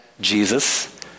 Jesus